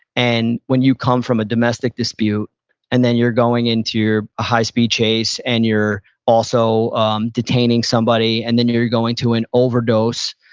and when you come from a domestic dispute and then you're going into a high speed chase and you're also um detaining somebody, and then you're going to an overdose,